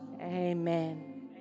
Amen